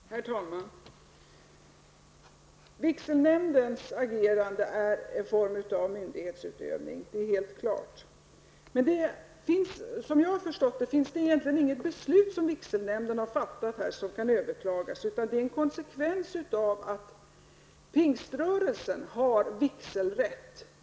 Herr talman! Vigselnämndens agerande är en form av myndighetsutövning. Det är helt klart. Men såvitt jag förstår finns det inte något egentligt beslut som vigselnämnden har fattat här och som kan överklagas, utan det här är en konsekvens av att pingströrelsen har vigselrätt.